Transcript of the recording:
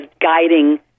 guiding